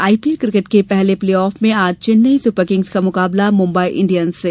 IPL cricket के पहले playoff में आज चैन्नई सुपर किंग्स का मुकाबला मुंबई इण्डियंस से